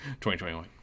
2021